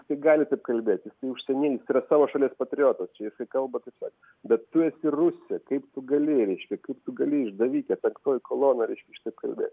jisai gali taip kalbėt jisai užsieninis yra savo šalies patriotas čia jisai kalba taip sakant bet tu esi rusė kaip tu gali reiškia kaip tu gali išdavikė penktoji kolona reiškia šitaip kalbėti